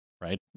right